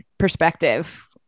Perspective